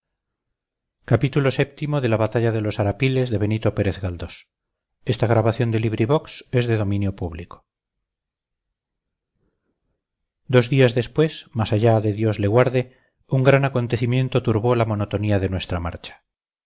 encontrarla dos días después más allá de dios le guarde un gran acontecimiento turbó la monotonía de nuestra marcha